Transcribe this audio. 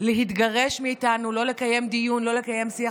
להתגרש מאיתנו: לא לקיים דיון ולא לקיים שיח,